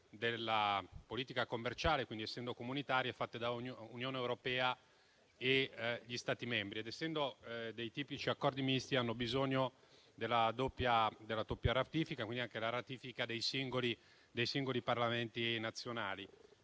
della politica commerciale, quindi, essendo comunitarie, dall'Unione europea e dagli Stati membri; essendo tipici accordi misti, hanno bisogno della doppia ratifica, quindi anche di quella dei singoli Parlamenti nazionali.